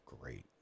great